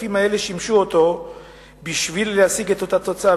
והכספים האלה שימשו אותו בשביל להשיג את אותה תוצאה.